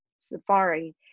safari